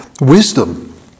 wisdom